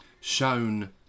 shown